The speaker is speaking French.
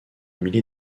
millier